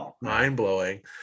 mind-blowing